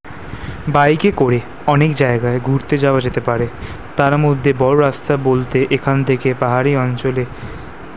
বাইকে করে অনেক জায়গায় ঘুরতে যাওয়া যেতে পারে তারা মধ্যে বড়ো রাস্তা বলতে এখান থেকে পাহাড়ি অঞ্চলে